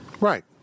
Right